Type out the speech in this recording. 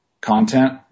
content